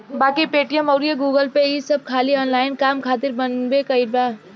बाकी पेटीएम अउर गूगलपे ई सब खाली ऑनलाइन काम खातिर बनबे कईल बा